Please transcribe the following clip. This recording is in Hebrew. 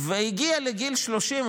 והגיע לגיל 30,